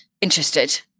interested